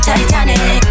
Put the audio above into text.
Titanic